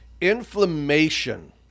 Inflammation